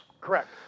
Correct